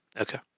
Okay